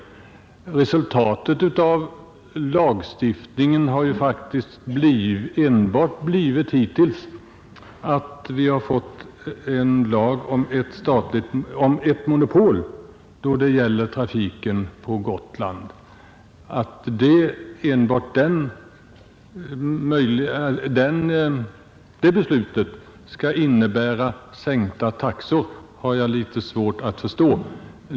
Resultatet av lagstiftningen har hittills faktiskt enbart blivit att vi har fått ett monopol då det gäller trafiken på Gotland. Att enbart en sådan åtgärd skulle innebära sänkta taxor har jag litet svårt att förstå.